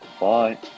Bye